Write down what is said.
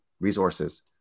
resources